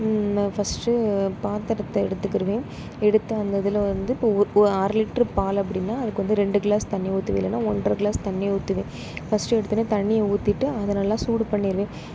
first பாத்திரத்தை எடுத்துக்கிடுவேன் எடுத்து அந்த இதில் வந்து இப்போ ஒரு அரை லிட்ரு பால் அப்படின்னா அதுக்கு வந்து ரெண்டு க்ளாஸ் தண்ணி ஊற்றுவேன் இல்லைன்னால் ஒன்டரை க்ளாஸ் தண்ணி ஊற்றுவேன் ஃபர்ஸ்ட் எடுத்தோடனே தண்ணியை ஊற்றிட்டு அதை நல்லா சூடு பண்ணிடுவேன்